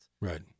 Right